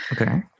Okay